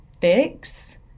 fix